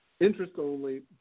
interest-only